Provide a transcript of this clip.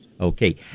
Okay